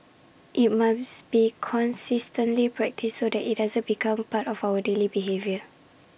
IT must be consistently practised so that IT becomes part of our daily behaviour